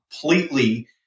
completely